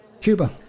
Cuba